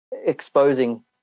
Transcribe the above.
exposing